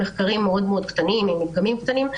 אלה מחקרים מאוד מאוד קטנים עם מדגמים קטנים,